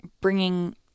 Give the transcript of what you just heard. bringing